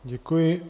Děkuji.